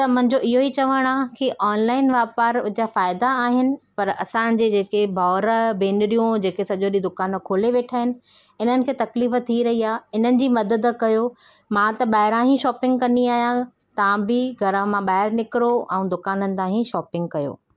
त मुंहिंजो इहो ई चवण आहे की ऑनलाइन वापार जा फ़ाइदा आहिनि पर असांजे जेके भाउर भेनरियूं जेके सॼो ॾींहुं दुकानु खोले वेठा आहिनि इन्हनि खे तकलीफ़ थी रही आहे इन्हनि जी मदद कयो मां त ॿाहिरां ई शॉपिंग कंदी आहियां तव्हां बि घर मां ॿाहिरि निकिरो ऐं दुकाननि था ई शॉपिंग कयो